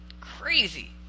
Crazy